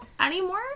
anymore